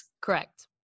correct